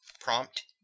prompt